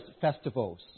festivals